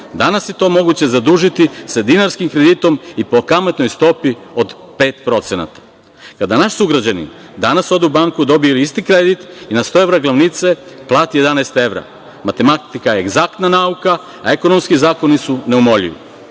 Danas je to moguće zadužiti sa dinarskim kreditom i po kamatnoj stopi od 5%. Kada naš sugrađanin danas ode u banku dobije isti kredit i na 100 evra glavnice plati 11 evra. Matematika je egzaktna nauka, a ekonomski zakoni su neumoljivi. Dakle,